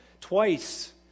twice